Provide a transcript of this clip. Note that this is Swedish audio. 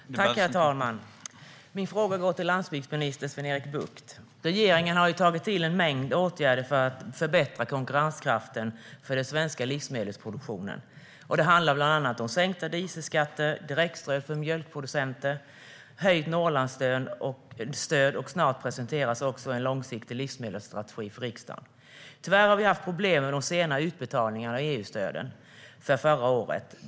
Herr talman! Min fråga går till landsbygdsminister Sven-Erik Bucht. Regeringen har tagit till en mängd åtgärder för att förbättra konkurrenskraften för den svenska livsmedelsproduktionen. Det handlar bland annat om sänkta dieselskatter, direktstöd till mjölkproducenter och höjt Norrlandsstöd, och snart presenteras också en långsiktig livsmedelsstrategi för riksdagen. Tyvärr har vi haft problem med de sena utbetalningarna av EU-stöden för förra året.